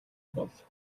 бол